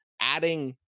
adding